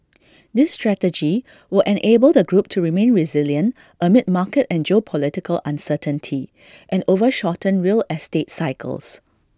this strategy will enable the group to remain resilient amid market and geopolitical uncertainty and over shortened real estate cycles